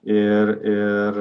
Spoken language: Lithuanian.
ir ir